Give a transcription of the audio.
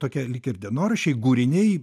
tokie lyg ir dienoraščiai gūriniai